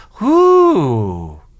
whoo